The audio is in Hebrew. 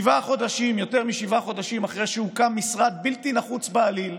יותר משבעה חודשים אחרי שהוקם משרד בלתי נחוץ בעליל,